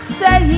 say